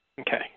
okay